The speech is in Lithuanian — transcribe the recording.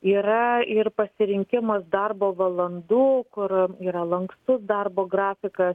yra ir pasirinkimas darbo valandų kur yra lankstus darbo grafikas